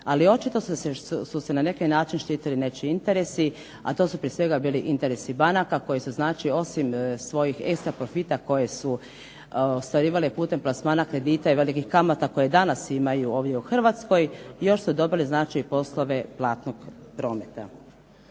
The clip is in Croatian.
Ali očito su se na neki način štitili nečiji interesi, a to su prije svega bili interesi banaka koje su osim svojih ekstra profita, koje su ostvarivale putem plasmana kredita i velikih kamata koje danas imaju ovdje u Hrvatskoj, još su dobile znači poslove platnog prometa.